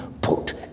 put